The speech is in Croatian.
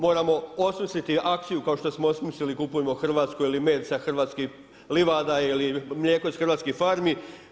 Moramo osmisliti akciju kao što smo osmislili kupujmo hrvatsko ili med sa hrvatskih livada ili mlijeko sa hrvatskih farmi.